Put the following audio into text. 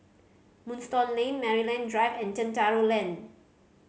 Moonstone Lane Maryland Drive and Chencharu Lane